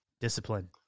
discipline